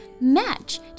Match